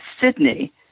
Sydney